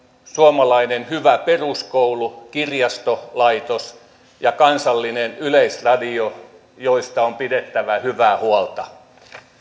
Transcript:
suomalainen hyvä peruskoulu kirjastolaitos ja kansallinen yleisradio joista on pidettävä hyvää huolta